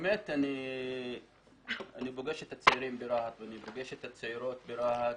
אני פוגש את הצעירים ברהט ואני פוגש את הצעירות ברהט.